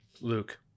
luke